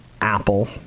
Apple